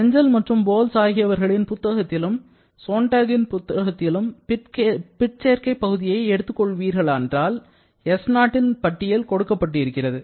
செஞ்சல் மட்டும் போல்ஸ் ஆகியவர்களின் புத்தகத்திலும் சொன்டக்கின் புத்தகத்திலும் பிற்சேர்க்கை பகுதியை எடுத்துக் கொள்வீர்களானால் s0ன் பட்டியல் கொடுக்கப்பட்டிருக்கிறது